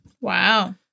Wow